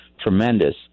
tremendous